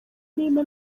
niba